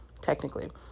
technically